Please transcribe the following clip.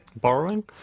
borrowing